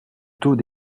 taux